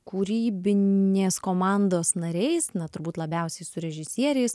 kūrybinės komandos nariais na turbūt labiausiai su režisieriais